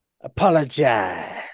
Apologize